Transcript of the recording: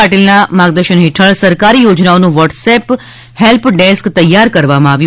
પાટીલના માર્ગદર્શન હેઠળ સરકારી યોજનાઓનું વ્હોટ્સએપ હેલ્પડેસ્ક તૈયાર કરવામાં આવ્યું